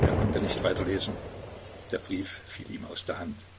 er konnte nicht weiterlesen der brief fiel ihm aus der hand